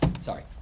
Sorry